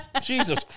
Jesus